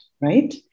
right